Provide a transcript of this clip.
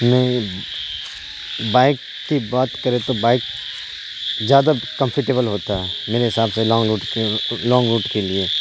نہیں بائک کی بات کرے تو بائک زیادہ کمفرٹیبل ہوتا ہے میرے حساب سے لانگ روٹ کے لانگ روٹ کے لیے